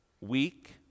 weak